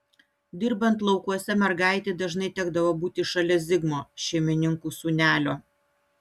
dirbant laukuose mergaitei dažnai tekdavo būti šalia zigmo šeimininkų sūnelio